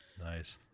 Nice